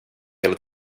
hela